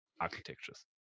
architectures